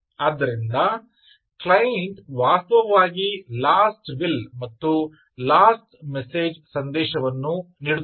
ಆದ್ದರಿಂದ ಕ್ಲೈಂಟ್ ವಾಸ್ತವವಾಗಿ last will ಮತ್ತು ಲಾಸ್ಟ ಮೆಸೇಜ್ ಸಂದೇಶವನ್ನು ನೀಡುತ್ತದೆ